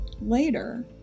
later